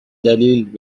دلیل